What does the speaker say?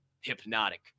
hypnotic